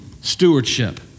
stewardship